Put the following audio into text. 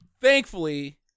thankfully